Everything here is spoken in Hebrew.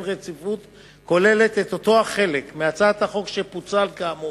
רציפות נכלל אותו החלק מהצעת החוק שפוצל כאמור,